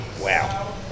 wow